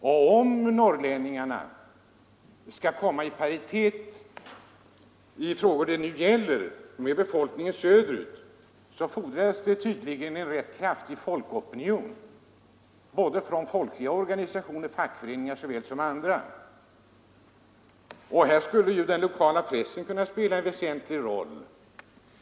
För att norrlänningarna skall komma i paritet i de frågor det nu gäller med befolkningen söderut i landet fordras det tydligen en rätt kraftig folklig opinion från fackföreningar och övriga folkrörelseorganisationer och grupper. I det sammanhanget skulle den lokala pressen kunna spela en väsentlig roll.